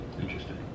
Interesting